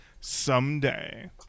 Someday